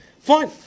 Fine